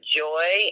joy